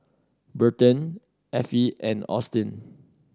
Burton Affie and Austyn